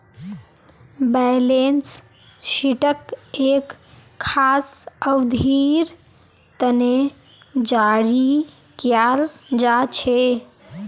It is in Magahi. बैलेंस शीटक एक खास अवधिर तने जारी कियाल जा छे